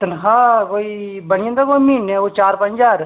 तनखाह् कोई बनी जंदा कोई म्हीने कोई चार पंज ज्हार